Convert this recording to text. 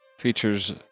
features